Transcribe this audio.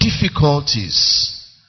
difficulties